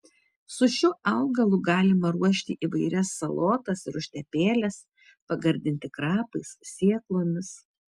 su šiuo augalu galima ruošti įvairias salotas ir užtepėles pagardinti krapais sėklomis